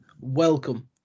welcome